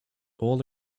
all